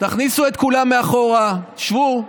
תכניסו את כולם מאחור, שבו.